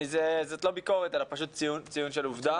זאת לא ביקורת אלא פשוט ציון של עובדה.